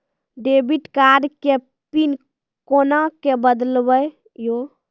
Debit card के PIN कोना के बदलबै यो?